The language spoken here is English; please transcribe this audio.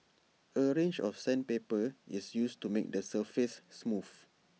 A range of sandpaper is used to make the surface smooth